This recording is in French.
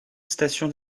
station